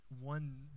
one